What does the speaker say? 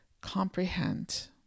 comprehend